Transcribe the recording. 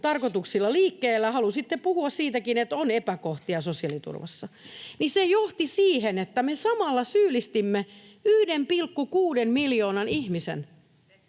tarkoituksilla liikkeellä, halusitte puhua siitäkin, että on epäkohtia sosiaaliturvassa — johti siihen, että me samalla syyllistimme 1,6 miljoonaa ihmistä